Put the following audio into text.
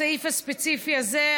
הסעיף הספציפי הזה,